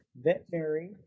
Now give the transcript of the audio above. veterinary